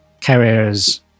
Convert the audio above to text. carriers